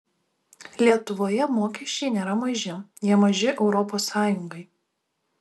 lietuvoje mokesčiai nėra maži jie maži europos sąjungai